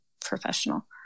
professional